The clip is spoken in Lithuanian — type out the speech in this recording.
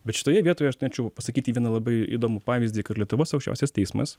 bet šitoje vietoje aš norėčiau pasakyti vieną labai įdomų pavyzdį kad lietuvos aukščiausias teismas